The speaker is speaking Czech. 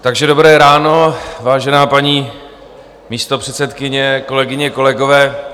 Takže dobré ráno, vážená paní místopředsedkyně, kolegyně, kolegové.